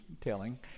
telling